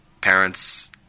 parents